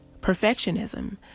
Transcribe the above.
perfectionism